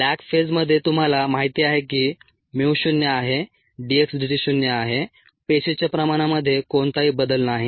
lag फेजमध्ये तुम्हाला माहिती आहे की mu 0 आहे d x dt 0 आहे पेशीच्या प्रमाणामध्ये कोणताही बदल नाही